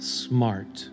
smart